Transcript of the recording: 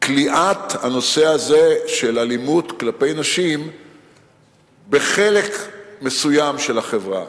מכליאת הנושא הזה של אלימות כלפי נשים בחלק מסוים של החברה.